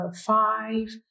five